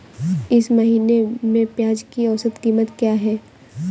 इस महीने में प्याज की औसत कीमत क्या है?